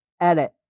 Edit